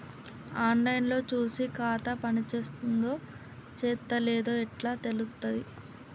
On line లో చూసి ఖాతా పనిచేత్తందో చేత్తలేదో ఎట్లా తెలుత్తది?